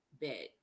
bed